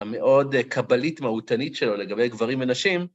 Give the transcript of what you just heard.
המאוד קבלית מהותנית שלו לגבי גברים ונשים.